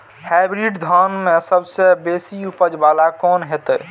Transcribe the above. Hybrid धान में सबसे बेसी उपज बाला कोन हेते?